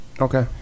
Okay